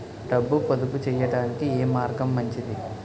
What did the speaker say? డబ్బు పొదుపు చేయటానికి ఏ మార్గం మంచిది?